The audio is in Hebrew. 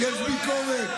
תגיד את הגזע.